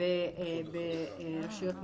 רשויות מקומיות.